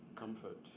comfort